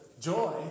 joy